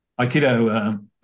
aikido